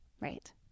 Right